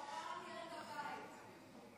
הוא אמר: עקרת הבית.